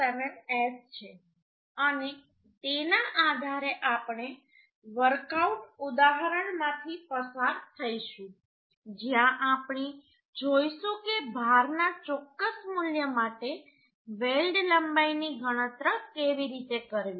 707S છે અને તેના આધારે આપણે એક વર્કઆઉટ ઉદાહરણમાંથી પસાર થઈશું જ્યાં આપણે જોઈશું કે ભારના ચોક્કસ મૂલ્ય માટે વેલ્ડ લંબાઈની ગણતરી કેવી રીતે કરવી